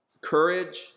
courage